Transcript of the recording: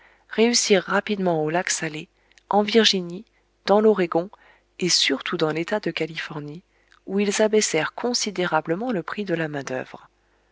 réussirent rapidement au lac salé en virginie dans l'oregon et surtout dans l'état de californie où ils abaissèrent considérablement le prix de la